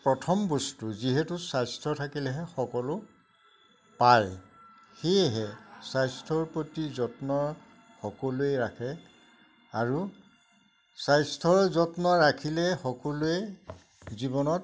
প্ৰথম বস্তু যিহেতু স্বাস্থ্য থাকিলেহে সকলো পায় সেয়েহে স্বাস্থ্যৰ প্ৰতি যত্ন সকলোৱে ৰাখে আৰু স্বাস্থ্যৰ যত্ন ৰাখিলে সকলোৱে জীৱনত